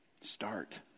Start